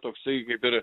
toksai kaip ir